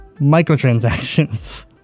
microtransactions